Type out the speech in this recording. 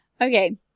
Okay